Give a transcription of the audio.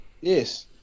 Yes